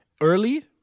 early